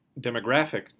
demographic